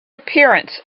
appearance